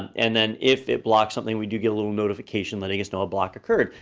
and then, if it blocks something, we do get a little notification, letting us know a block occurred.